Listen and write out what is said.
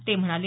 ते म्हणाले